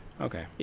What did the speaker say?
Okay